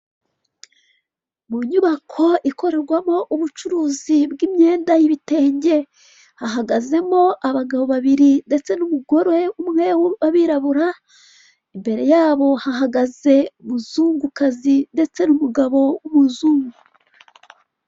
Mu nyubako ikorerwamo ubucuruzi bw'imyenda y'ibitenge, hahagazemo abagabo babiri ndetse n'umugore umwe w'umwirabura, imbere yabo hahagaze umuzungukazi, ndetse n'umugabo w'umuzungu.